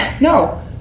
no